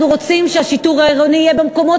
אנחנו רוצים שהשיטור העירוני יהיה במקומות